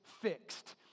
fixed